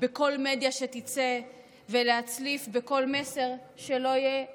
בכל מדיה שתצא ולהצליף בכל מסר, שלא יהיה מדויק.